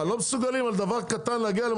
מה לא מסוגלים על דבר קטן להגיע?